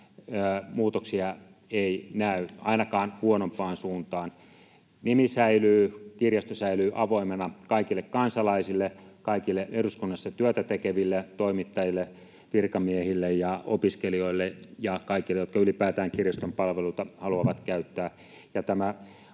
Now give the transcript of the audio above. muutoksia ei näy, ainakaan huonompaan suuntaan. Nimi säilyy, kirjasto säilyy avoimena kaikille kansalaisille, kaikille eduskunnassa työtä tekeville, toimittajille, virkamiehille, opiskelijoille ja kaikille, jotka ylipäätään kirjaston palveluita haluavat käyttää.